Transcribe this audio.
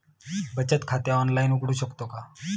बचत खाते ऑनलाइन उघडू शकतो का?